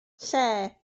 lle